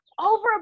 Over